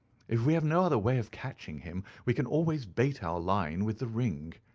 if we have no other way of catching him, we can always bait our line with the ring.